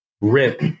rip